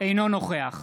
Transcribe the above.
אינו נוכח